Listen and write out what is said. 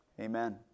Amen